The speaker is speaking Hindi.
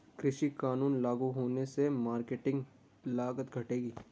कृषि कानून लागू होने से मार्केटिंग लागत घटेगी